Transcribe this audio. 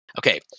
Okay